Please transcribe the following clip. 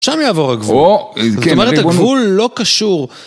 שם יעבור הגבול, זאת אומרת הגבול לא קשור.